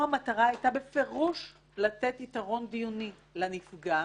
שהמטרה הייתה בפירוש לתת יתרון דיוני לנפגע,